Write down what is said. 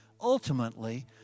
Ultimately